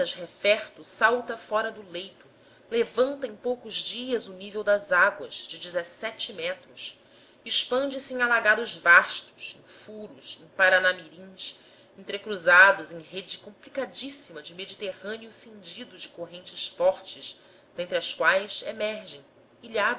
referto salta fora do leito levanta em poucos dias o nível das águas de dezessete metros expande se em alagados vastos em furos em paranamirins entrecruzados em rede complicadíssima de mediterrâneo cindido de correntes fortes dentre as quais emergem